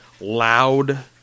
loud